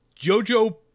JoJo